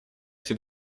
эти